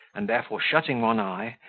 and therefore shutting one eye,